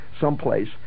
someplace